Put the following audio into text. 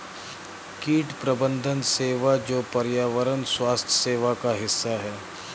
कीट प्रबंधन सेवा जो पर्यावरण स्वास्थ्य सेवा का हिस्सा है